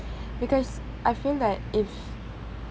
because I feel that if